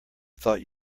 thought